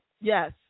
Yes